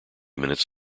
minutes